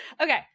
Okay